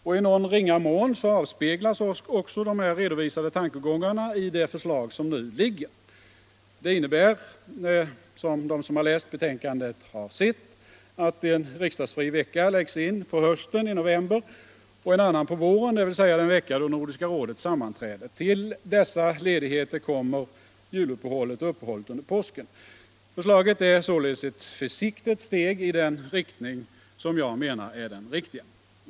Och i någon ringa mån avspeglas också de nu redovisade tankegångarna i det förslag som föreligger här. Det innebär, vilket de som läst betänkandet har sett, att en riksdagsfri vecka läggs in på hösten i november och en annan på våren, den vecka då Nordiska rådet sammanträder. Till dessa ledigheter kommer juloch påskuppehållen. Förslaget är således ett försiktigt steg i den riktning som jag menar är den rätta.